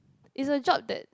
is a job that